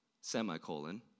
semicolon